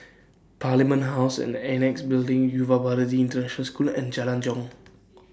Parliament House and The Annexe Building Yuva Bharati International School and Jalan Jong